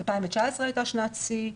2019 הייתה שנת שיא,